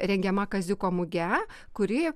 rengiama kaziuko muge kuri